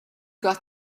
got